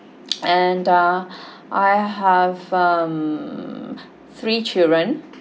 and uh I have um three children